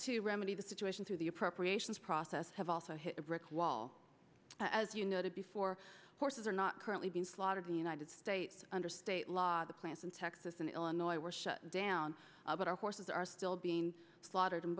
to remedy the situation through the appropriations process have also hit a brick wall as you noted before horses are not currently being slaughtered the united states under state law the plants in texas and illinois were shut down but our horses are still being slaughtered and